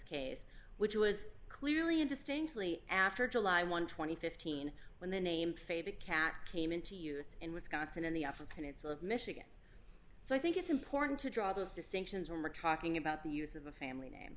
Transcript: case which was clearly and distinctly after july one two thousand and fifteen when the name faded cat came into use in wisconsin in the upper peninsula of michigan so i think it's important to draw those distinctions when we're talking about the use of a family name